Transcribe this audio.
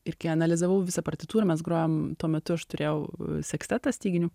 ir kai analizavau visą partitūrą mes grojom tuo metu aš turėjau sekstetą styginių